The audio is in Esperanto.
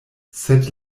sed